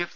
F